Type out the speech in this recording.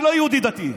אני לא יהודי דתי,